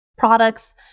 Products